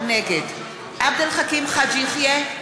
נגד עבד אל חכים חאג' יחיא,